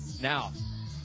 Now